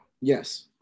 Yes